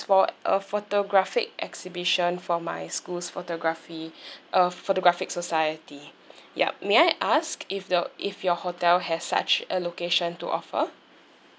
for a photographic exhibition for my school's photography uh photographic society yup may I ask if the if your hotel has such a location to offer